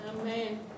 Amen